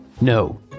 No